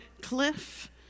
cliff